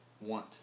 want